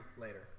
later